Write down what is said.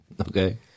Okay